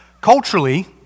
Culturally